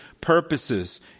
purposes